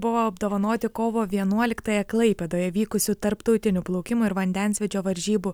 buvo apdovanoti kovo vienuoliktąją klaipėdoje vykusių tarptautinių plaukimo ir vandensvydžio varžybų